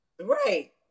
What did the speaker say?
Right